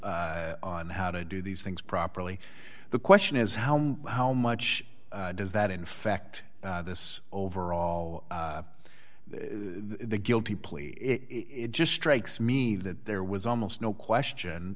on how to do these things properly the question is how how much does that in fact this overall the guilty plea it just strikes me that there was almost no question